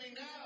now